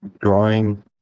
drawing